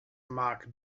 mark